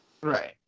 right